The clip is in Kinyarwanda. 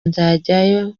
nzajyayo